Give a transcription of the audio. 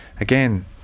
again